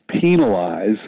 penalize